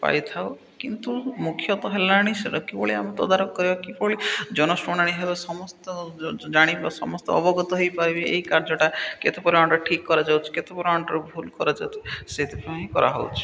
ପାଇଥାଉ କିନ୍ତୁ ମୁଖ୍ୟତଃ ହେଲାଣି ସେଇଟା କିଭଳି ଆମେ ତଦାରଖ କରିବା କିଭଳି ଜନଶୁଣାଣି ହେବ ସମସ୍ତ ଜାଣିବ ସମସ୍ତ ଅବଗତ ହେଇପାରିବେ ଏଇ କାର୍ଯ୍ୟଟା କେତେ ପରିମାଣରେ ଠିକ୍ କରାଯାଉଛି କେତେ ପରିମାଣରେ ଭୁଲ କରାଯାଉଛିି ସେଥିପାଇଁ କରାହଉଛି